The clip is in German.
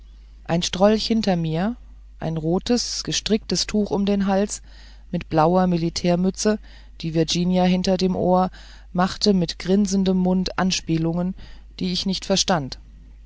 ein strolch hinter mir ein rotes gestricktes tuch um den hals mit blauer militärmütze die virginia hinter dem ohr machte mit grinsendem mund anspielungen die ich nicht verstand